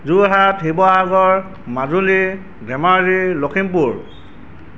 Jorhat Sivasagar Majuli Dhemaji Lakhimpur